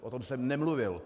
O tom jsem nemluvil.